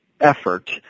effort